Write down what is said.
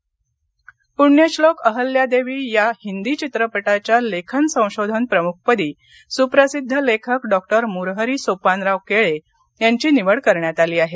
अहल्यादेवी पश्चिम मंबई पृण्यश्लोक अहल्यादेवी या हिंदी चित्रपटाच्या लेखन संशोधन प्रमुखपदी सुप्रसिद्ध लेखक डॉक्टर मुरहरी सोपानराव केळे यांची निवड करण्यात आली आहे